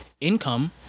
income